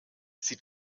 sie